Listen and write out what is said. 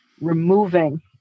removing